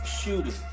shooting